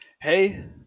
Hey